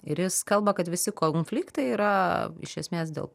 ir jis kalba kad visi konfliktai yra iš esmės dėl